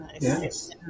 Nice